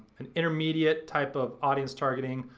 an intermediate type of audience targeting.